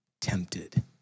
tempted